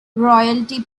royalty